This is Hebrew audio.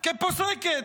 כפוסקת,